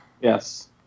Yes